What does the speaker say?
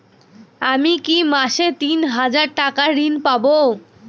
আমি কি মাসে তিন হাজার টাকার ঋণ পাবো?